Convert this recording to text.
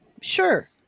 sure